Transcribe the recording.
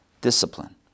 discipline